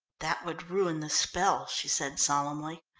that would ruin the spell, she said solemnly.